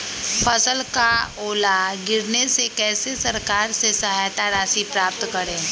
फसल का ओला गिरने से कैसे सरकार से सहायता राशि प्राप्त करें?